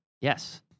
Yes